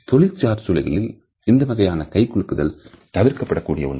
ஆனால் தொழில்சார் சூழல்களில் இந்த வகையான கை குலுக்குதல் தவிர்க்கப்பட கூடிய ஒன்று